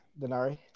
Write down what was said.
Denari